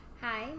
Hi